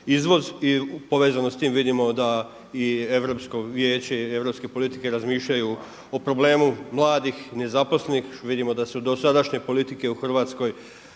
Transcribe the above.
I povezano s tim vidimo da Europsko vijeće i europske politike razmišljaju o problemu mladih i nezaposlenih, vidimo da su dosadašnje politike u Hrvatskoj